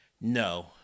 No